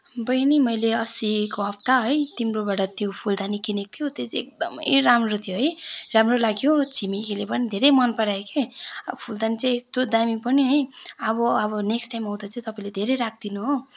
बहिनी मैले अस्तिको हप्ता है तिम्रोबाट त्यो फुलदानी किनेको थियो त्यो चाहिँ एकदमै राम्रो थियो है राम्रो लाग्यो छिमेकीले पनि धेरै मन परायो कि अब फुलदानी चाहिँ यत्रो दामी पनि है अब अब नेक्स्ट टाइम आउँदा चाहिँ तपाईँले धेरै राखिदिनु हो